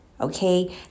okay